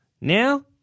Now